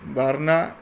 બહારનાં